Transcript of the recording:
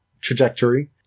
trajectory